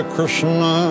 Krishna